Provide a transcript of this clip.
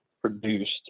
produced